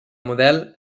model